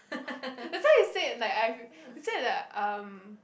that's why I said like I he said that um